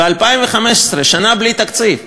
ב-2015, שנה בלי תקציב,